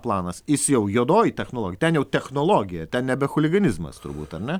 planas jis jau juodoji technologija ten jau technologija ten nebe chuliganizmas turbūt ar ne